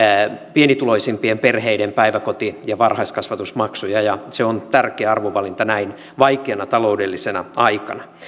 pienituloisimpien perheiden päiväkoti ja varhaiskasvatusmaksuja ja se on tärkeä arvovalinta näin vaikeana taloudellisena aikana myös